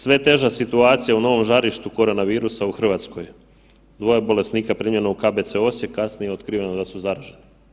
Sve teža situacija u novom žarištu korona virusa u Hrvatskoj, dvoje bolesnika primjeno u KBC Osijek kasnije otkriveno da su zaraženi.